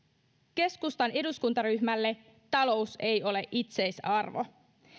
keskustan eduskuntaryhmälle talous ei ole itseisarvo